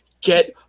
Get